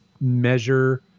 measure